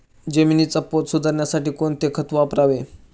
जमिनीचा पोत सुधारण्यासाठी कोणते खत वापरावे?